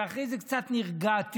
ואחרי זה קצת נרגעתי,